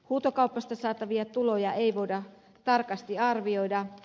huutokaupasta saatavia tuloja ei voida tarkasti arvioida